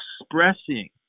expressing